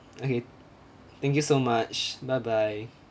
okay thank you so much bye bye